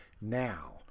now